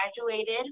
graduated